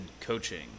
coaching